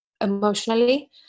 emotionally